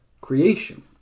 creation